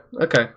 Okay